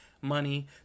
money